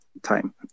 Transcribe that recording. time